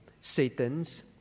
Satan's